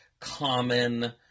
common